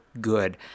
good